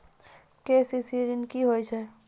KCC ॠन की होय छै?